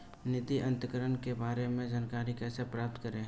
निधि अंतरण के बारे में जानकारी कैसे प्राप्त करें?